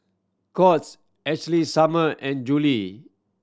Courts Ashley Summer and Julie